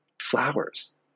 flowers